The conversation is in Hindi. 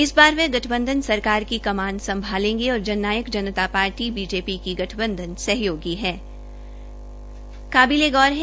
इस बार वह गठबंधन सरकार की कमान संभालेंगे और Jannayak Janta party BJP की गठबंधन सहयोगी है